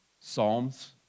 psalms